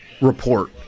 report